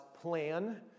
plan